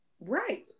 Right